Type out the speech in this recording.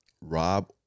Rob